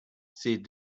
said